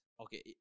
okay